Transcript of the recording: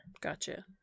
Gotcha